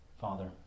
Father